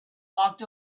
walked